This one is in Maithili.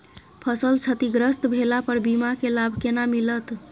फसल क्षतिग्रस्त भेला पर बीमा के लाभ केना मिलत?